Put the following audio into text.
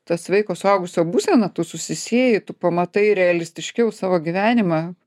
ta sveiko suaugusio būsena tu susisieji tu pamatai realistiškiau savo gyvenimą